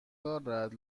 دارد